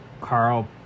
Carl